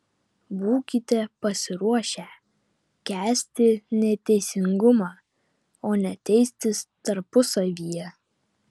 būkite pasiruošę kęsti neteisingumą o ne teistis tarpusavyje